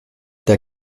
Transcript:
der